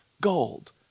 gold